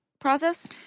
process